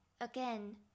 Again